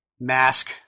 Mask